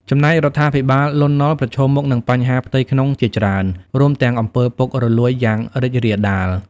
ចំណែករដ្ឋាភិបាលលន់ នល់ ប្រឈមមុខនឹងបញ្ហាផ្ទៃក្នុងជាច្រើន រួមទាំង អំពើពុករលួយយ៉ាងរីករាលដាល។